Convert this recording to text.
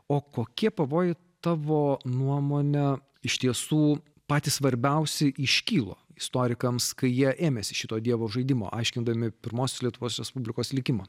o kokie pavojai tavo nuomone iš tiesų patys svarbiausi iškilo istorikams kai jie ėmėsi šito dievo žaidimo aiškindami pirmosios lietuvos respublikos likimą